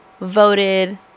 voted